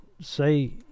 say